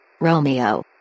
Romeo